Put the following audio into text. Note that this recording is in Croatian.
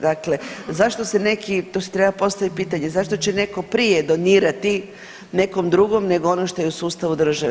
Dakle zašto se neki, to se treba postaviti pitanje, zašto će netko prije donirati nekom drugom nego ono što je u sustavu države?